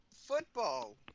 football